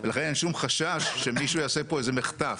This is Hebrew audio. ולכן אין שום חשש שמישהו יעשה פה איזה מחטף.